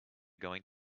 going